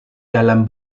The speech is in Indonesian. dalam